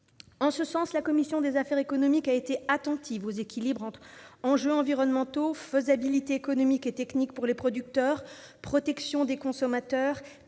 En ce sens, la commission des affaires économiques a été attentive aux équilibres entre enjeux environnementaux, faisabilité économique et technique pour les producteurs, protection des consommateurs,